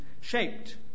shaped